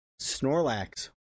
Snorlax